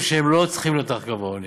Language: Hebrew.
שהם לא צריכים להיות מתחת לקו העוני.